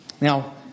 Now